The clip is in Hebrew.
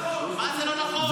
זה לא נכון.